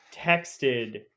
texted